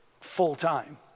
full-time